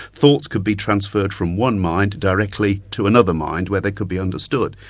thoughts could be transferred from one mind directly to another mind where they could be understood.